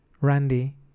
Randy